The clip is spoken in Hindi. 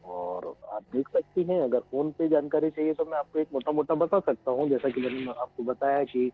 और आप देख सकती हैं अगर फ़ोन पर जानकारी चाहिए तो मैं आपको एक मोटा मोटा बता सकता हूॅं जैसा कि मैंने आपको अभी बताया कि